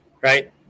right